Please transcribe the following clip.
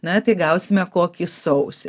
na tai gausime kokį sausį